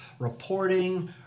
reporting